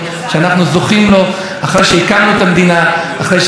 אחרי שחזרנו לבירתנו ב-67',